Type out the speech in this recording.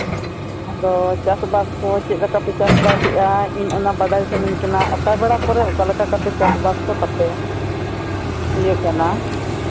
ᱟᱫᱚ ᱪᱟᱥᱵᱟᱥ ᱠᱚ ᱪᱮᱫ ᱞᱮᱠᱟᱯᱮ ᱪᱟᱥ ᱵᱟᱥᱮᱫᱼᱟ ᱤᱧ ᱚᱱᱟ ᱵᱟᱰᱟᱭ ᱥᱟᱱᱟᱧ ᱠᱟᱱᱟ ᱚᱠᱟ ᱵᱮᱲᱟ ᱠᱚᱨᱮ ᱚᱠᱟ ᱞᱮᱠᱟ ᱪᱟᱥᱵᱟᱥ ᱠᱚ ᱛᱟᱯᱮ ᱤᱭᱟᱹ ᱠᱟᱱᱟ